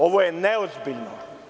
Ovo je neozbiljno.